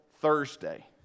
Thursday